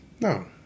no